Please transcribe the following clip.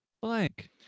blank